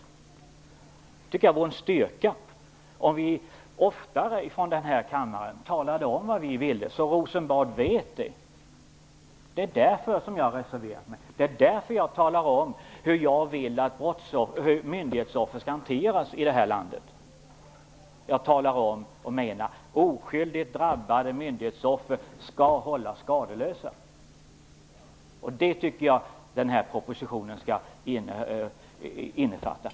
Jag tycker att det vore en styrka om vi oftare från den här kammaren talade om vad vi ville, så att Rosenbad vet det. Det är därför som jag har reserverat mig. Det är därför jag talar om hur myndighetsoffer skall hanteras i det här landet. Jag talar om och menar: Oskyldigt drabbade myndighetsoffer skall hållas skadeslösa. Det tycker jag att den här propositionen skall innefatta.